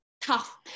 tough